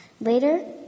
Later